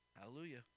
Hallelujah